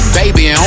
baby